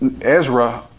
Ezra